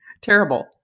Terrible